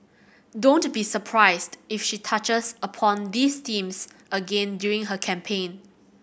don't be surprised if she touches upon these themes again during her campaign